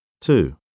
Two